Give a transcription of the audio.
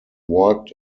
worked